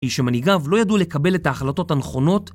היא שמנהיגיו לא ידעו לקבל את ההחלטות הנכונות